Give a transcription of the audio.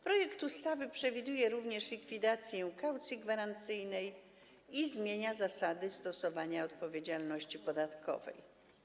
Projekt ustawy przewiduje również likwidację kaucji gwarancyjnej i zmienia zasady stosowania odpowiedzialności podatkowej.